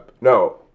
no